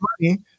money